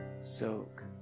soak